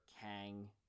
Kang